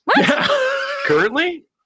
Currently